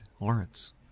Lawrence